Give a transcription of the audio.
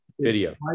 video